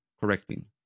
correcting